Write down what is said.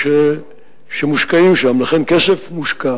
סיוע לתאגידים במגזר הערבי שזכאים לסיוע מיוחד.